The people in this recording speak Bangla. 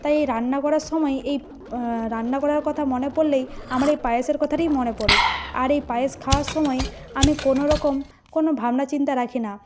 তাই এই রান্না করার সময়ই এই রান্না করার কথা মনে পড়লেই আমার এই পায়েসের কথাটিই মনে পড়ে আর এই পায়েস খাওয়ার সময় আমি কোনো রকম কোনো ভাবনা চিন্তা রাখি না